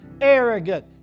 arrogant